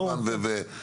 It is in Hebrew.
ברור.